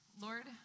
Lord